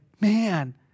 man